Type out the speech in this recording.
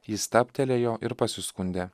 ji stabtelėjo ir pasiskundė